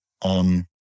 On